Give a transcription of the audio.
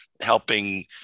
helping